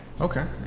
Okay